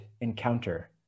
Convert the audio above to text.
encounter